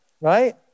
right